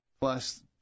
Plus